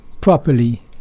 properly